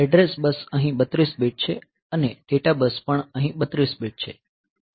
address bus અહીં 32 bit છે અને ડેટા બસ પણ અહીં 32 બીટ છે